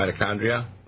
mitochondria